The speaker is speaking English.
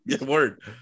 word